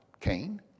Cain